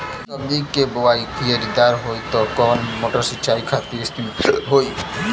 सब्जी के बोवाई क्यारी दार होखि त कवन मोटर सिंचाई खातिर इस्तेमाल होई?